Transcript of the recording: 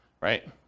right